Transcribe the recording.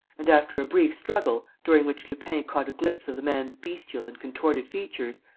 and, after a brief struggle, during which lupin caught a glimpse of the man's bestial and contorted features,